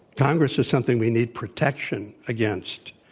congress is something we need protection against.